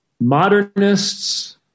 modernists